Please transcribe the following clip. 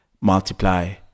multiply